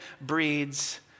breeds